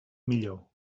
millor